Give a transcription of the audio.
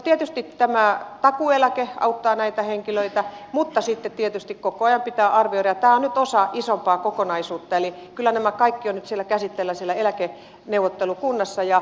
tietysti tämä takuueläke auttaa näitä henkilöitä mutta sitten tietysti koko ajan pitää arvioida ja tämä on nyt osa isompaa kokonaisuutta eli kyllä nämä kaikki ovat nyt käsittelyssä siellä eläkeneuvottelukunnassa